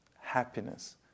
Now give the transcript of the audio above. happiness